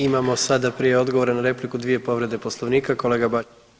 Imamo sada prije odgovora na repliku dvije povrede Poslovnika, kolega Bačić.